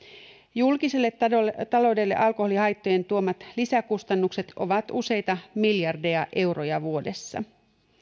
julkiselle taloudelle alkoholihaittojen tuomat lisäkustannukset ovat useita miljardeja euroja vuodessa